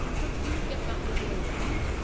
but do you get that the other way round?